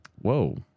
Whoa